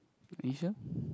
Indonesia